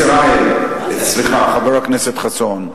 ישראל, סליחה, חבר הכנסת חסון.